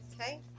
Okay